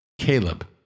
Caleb